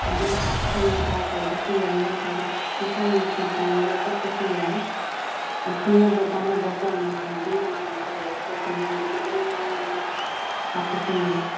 ꯑꯗꯨ ꯍꯥꯞꯍꯜꯂꯒ ꯇꯧꯕꯁꯨ ꯌꯥꯏ ꯅꯠꯇ꯭ꯔꯒ ꯅꯁꯥꯒꯤ ꯐꯤ ꯄꯨꯔꯒ ꯆꯠꯄꯁꯨ ꯌꯥꯏ ꯈꯪꯅꯕ ꯆꯥꯟꯅꯕꯀꯣ ꯅꯃꯥꯟꯅꯕꯤ ꯅꯃꯥꯟꯅꯕ ꯂꯩꯔꯒꯗꯤ ꯃꯣꯏꯗꯒꯤ ꯑꯗꯨꯝ ꯂꯧꯔꯒ ꯍꯥꯞꯄꯁꯨ ꯌꯥꯏ